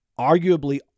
arguably